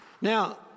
Now